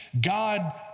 God